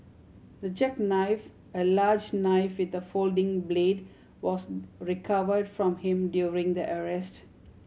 the jackknife a large knife with a folding blade was recovered from him during the arrest